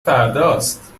فرداست